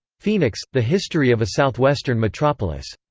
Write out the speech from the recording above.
phoenix the history of a southwestern metropolis.